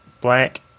black